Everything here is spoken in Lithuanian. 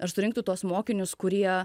ar surinktų tuos mokinius kurie